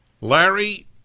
Larry